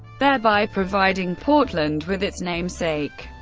thereby providing portland with its namesake.